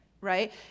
right